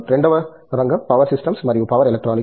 రెండవ రంగం power systems మరియు పవర్ ఎలక్ట్రానిక్స్